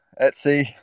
Etsy